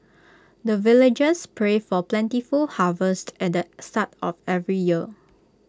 the villagers pray for plentiful harvest at the start of every year